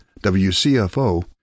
WCFO